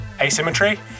asymmetry